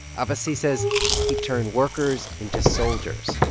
abbassi says he turned workers into soldiers,